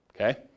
okay